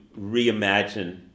reimagine